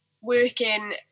working